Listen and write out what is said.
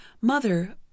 Mother